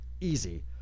easy